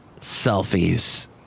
Selfies